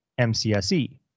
MCSE